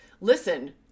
listen